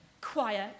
quiet